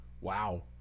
wow